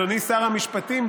אדוני שר המשפטים,